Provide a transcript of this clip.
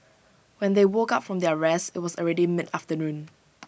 when they woke up from their rest IT was already mid afternoon